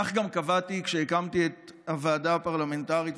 כך גם קבעתי כשהקמתי את הוועדה הפרלמנטרית,